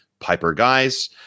PiperGuys